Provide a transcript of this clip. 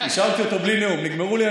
השארתי אותו בלי נאום.